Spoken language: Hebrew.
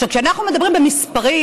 עכשיו, כשאנחנו מדברים במספרים,